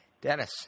Dennis